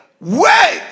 Wait